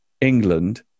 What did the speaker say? England